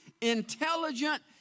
intelligent